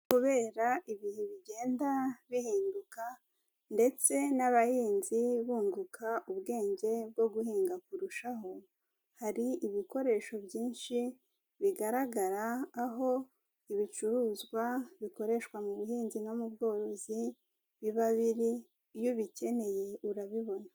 Kubera ibihe bigenda bihinduka ndetse n'abahinzi bunguka ubwenge bwo guhinga kurushaho, hari ibikoresho byinshi bigaragara aho ibicuruzwa bikoreshwa mu buhinzi no mu bworozi biba biri, iyo ubikeneye urabibona.